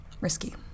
risky